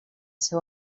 seu